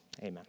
Amen